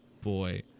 boy